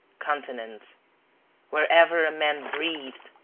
continents wherever a man breathed,